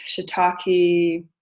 shiitake